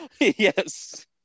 Yes